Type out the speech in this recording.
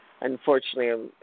Unfortunately